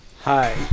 Hi